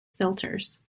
filters